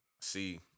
See